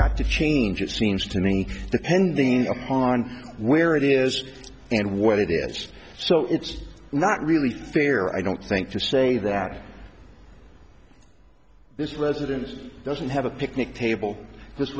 got to change it seems to me the pending upon where it is and whether it is so it's not really fair i don't think to say that this residence doesn't have a picnic table